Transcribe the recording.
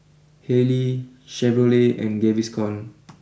Haylee Chevrolet and Gaviscon